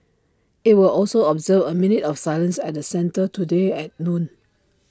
IT will also observe A minute of silence at the centre today at noon